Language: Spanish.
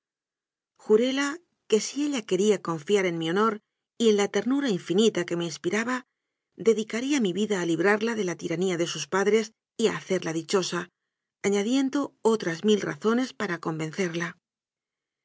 juróla que si ella quería confiar en mi honor y en la ternura infinita que me inspira ba dedicaría mi vida a librarla de la tiranía de sus padres y a hacerla dichosa añadiendo otras mil razones para convencerla